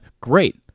great